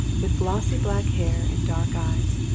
with glossy black hair and dark eyes,